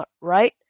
right